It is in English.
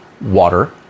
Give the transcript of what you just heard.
water